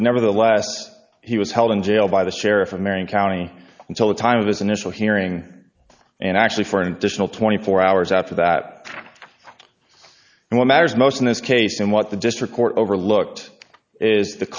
but nevertheless he was held in jail by the sheriff of marion county until the time of his initial hearing and actually for an additional twenty four hours after that what matters most in this case and what the district court overlooked is the